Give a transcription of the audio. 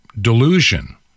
delusion